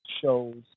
shows